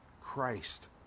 Christ